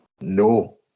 No